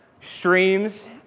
Streams